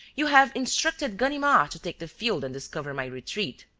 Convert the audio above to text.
you have instructed ganimard to take the field and discover my retreat.